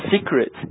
secret